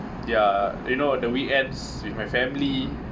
ya you know the weekends with my family